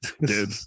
Dude